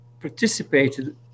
participated